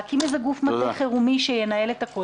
להקים איזשהו גוף מטה חירומי שינהל את הכל.